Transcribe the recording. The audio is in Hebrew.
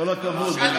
כל הכבוד.